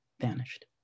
vanished